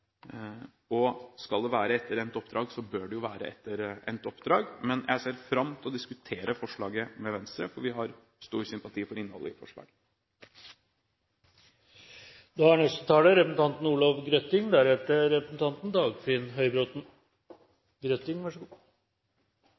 det. Skal det være etter endt oppdrag, bør det jo være etter endt oppdrag. Men jeg ser fram til å diskutere forslaget med Venstre, for vi har stor sympati for innholdet i forslaget. Først vil jeg takke utenriksministeren for en balansert redegjørelse som på en god